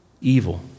Evil